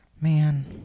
Man